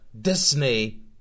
Disney